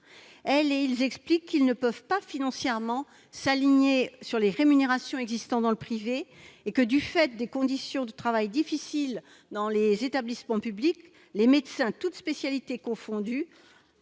Ils expliquent qu'ils ne peuvent pas financièrement s'aligner sur les rémunérations existant dans le privé. Si l'on ajoute à cela les conditions de travail difficiles dans les établissements publics, nombre de médecins, toutes spécialités confondues,